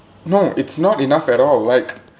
no it's not enough at all like